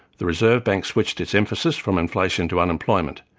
the reserve bank switched its emphasis from inflation to unemployment.